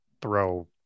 throw